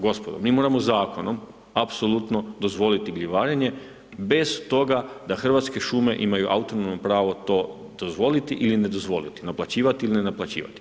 Gospodo, mi moramo zakonom apsolutno dozvoliti gljivarenje bez toga da Hrvatske šume imaju autonomno pravo to dozvoliti ili ne dozvoliti, naplaćivati ili ne naplaćivati.